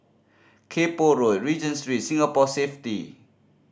Kay Poh Road Regent Street Singapore Safety